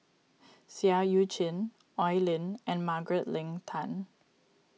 Seah Eu Chin Oi Lin and Margaret Leng Tan